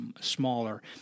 smaller